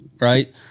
right